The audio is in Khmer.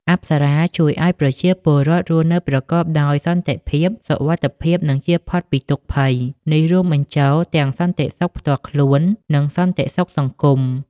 អប្សរាជួយឲ្យប្រជាពលរដ្ឋរស់នៅប្រកបដោយសន្តិភាព សុវត្ថិភាព និងចៀសផុតពីទុក្ខភ័យ។ នេះរួមបញ្ចូលទាំងសន្តិសុខផ្ទាល់ខ្លួន និងសន្តិសុខសង្គម។